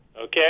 okay